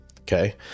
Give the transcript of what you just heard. Okay